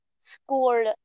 scored